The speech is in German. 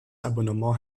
abonnement